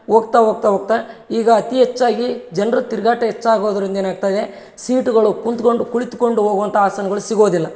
ಹೋಗ್ತಾ ಹೋಗ್ತಾ ಹೋಗ್ತಾ ಈಗ ಅತಿ ಹೆಚ್ಚಾಗಿ ಜನ್ರ ತಿರುಗಾಟ ಹೆಚ್ಚಾಗೋದ್ರಿಂದ ಏನಾಗ್ತಾಯಿದೆ ಸೀಟುಗಳು ಕೂತ್ಗೊಂಡ್ ಕುಳಿತ್ಕೊಂಡು ಹೋಗೋವಂಥ ಆಸನಗಳ್ ಸಿಗೋದಿಲ್ಲ